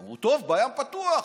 אמרו: טוב, הים פתוח.